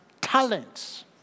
talents